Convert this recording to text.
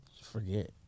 forget